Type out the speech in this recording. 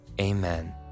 Amen